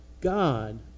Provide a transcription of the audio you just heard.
God